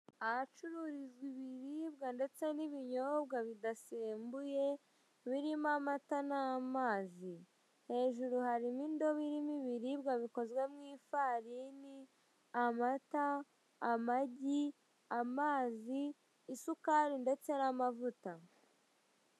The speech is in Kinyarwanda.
ahacururizwa ibiribwa ndetse n'ibinyobwa bidasembuye birimo, amata n'amazi, hejuru harimo indobo irimo ibiribwa bikozwe mu ifarini: amata, amagi, amazi, isukari ndetse n'amavuta.